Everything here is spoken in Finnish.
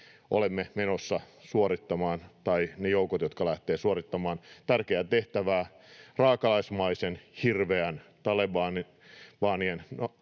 Se selvästi osoittaa sen, että ne joukot, jotka lähtevät suorittamaan tärkeää tehtävää raakalaismaisen, hirveän Talebanin